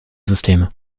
systeme